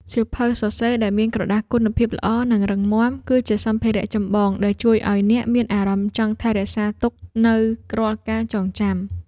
សៀវភៅសរសេរដែលមានក្រដាសគុណភាពល្អ និងរឹងមាំ គឺជាសម្ភារៈចម្បងដែលជួយឱ្យអ្នកមានអារម្មណ៍ចង់ថែរក្សាទុកនូវរាល់ការចងចាំ។